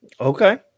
Okay